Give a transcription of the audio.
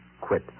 quit